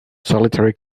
solitary